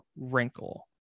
wrinkle